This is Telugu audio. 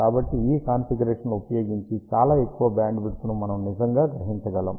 కాబట్టి ఈ కాన్ఫిగరేషన్లను ఉపయోగించి చాలా ఎక్కువ బ్యాండ్విడ్త్ను మనం నిజంగా గ్రహించగలం